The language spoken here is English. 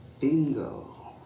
Bingo